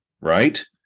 right